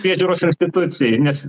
priežiūros institucijai nes